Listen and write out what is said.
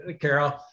Carol